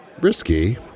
Risky